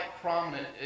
prominent